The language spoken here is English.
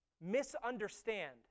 misunderstand